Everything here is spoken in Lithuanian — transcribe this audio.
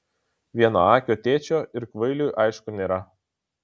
vienaakio tėčio ir kvailiui aišku nėra